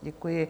Děkuji.